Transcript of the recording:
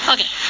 Okay